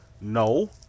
no